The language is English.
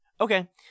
Okay